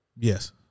Yes